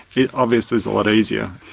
it obviously is a lot easier.